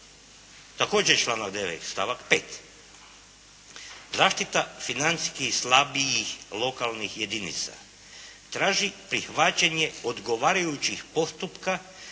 također članak 9. stavak 5., zaštita financijski slabijih lokalnih jedinica, traži prihvaćanje odgovarajućih postupka